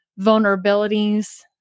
vulnerabilities